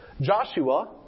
Joshua